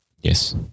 Yes